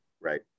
Right